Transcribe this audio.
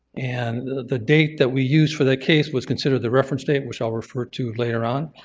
and the date that we used for the case was considered the reference date, which i'll refer to later on.